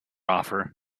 offer